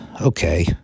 okay